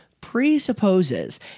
presupposes